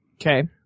Okay